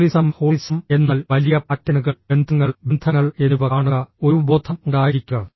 holism holism എന്നാൽ വലിയ പാറ്റേണുകൾ ബന്ധങ്ങൾ ബന്ധങ്ങൾ എന്നിവ കാണുക ഒരു ബോധം ഉണ്ടായിരിക്കുക